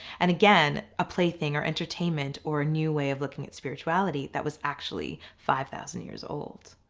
and again a plaything or entertainment or new way of looking at spirituality that was actually five thousand years old.